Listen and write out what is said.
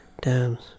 Dams